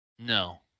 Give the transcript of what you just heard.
No